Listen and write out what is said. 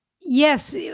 Yes